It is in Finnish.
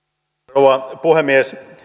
rouva puhemies